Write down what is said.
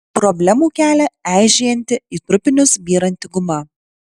problemų kelia eižėjanti į trupinius byranti guma